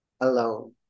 alone